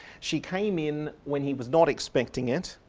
she came in when he was not expecting it,